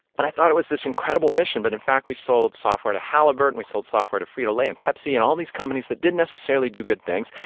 and i thought it was this incredible mission. but in fact, we sold software to halliburton, we sold software to frito-lay and pepsi and all these companies that didn't necessarily do good things.